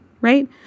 right